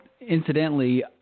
incidentally